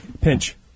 Pinch